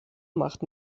macht